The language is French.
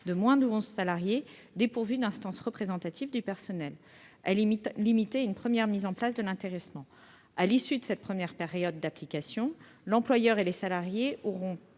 de moins de onze salariés dépourvues d'instances représentatives du personnel. Elle est limitée à une première mise en place de l'intéressement. À l'issue de cette première période d'application, l'employeur et les salariés auront